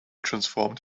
transformed